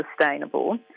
sustainable